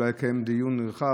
אולי לקיים דיון נרחב.